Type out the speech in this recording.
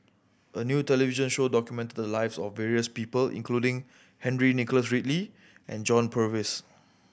a new television show documented the lives of various people including Henry Nicholas Ridley and John Purvis